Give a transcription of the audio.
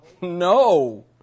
No